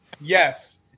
Yes